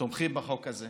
תומכים בחוק הזה,